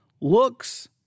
looks